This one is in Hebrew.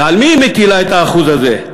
ועל מי היא מטילה את ה-1% הזה?